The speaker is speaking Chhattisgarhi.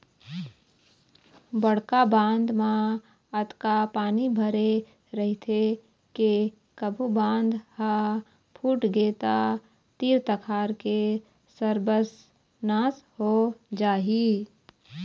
बड़का बांध म अतका पानी भरे रहिथे के कभू बांध ह फूटगे त तीर तखार के सरबस नाश हो जाही